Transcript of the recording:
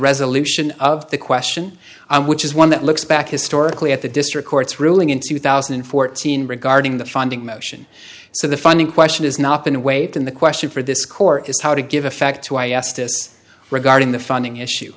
resolution of the question which is one that looks back historically at the district court's ruling in two thousand and fourteen regarding the funding motion so the funding question is not been waved in the question for this court is how to give effect to i a s this regarding the funding issue